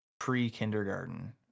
pre-kindergarten